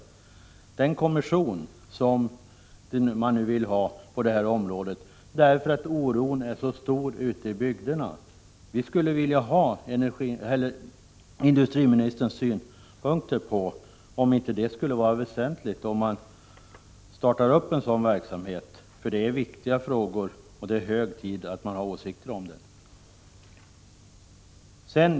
En av frågorna gällde den kommission som man nu vill ha på det här området därför att oron ute i bygderna är så stor. Tycker inte industriministern att det skulle vara väsentligt att starta en sådan verksamhet — detta är viktiga frågor, och det är hög tid att man har åsikter om dem.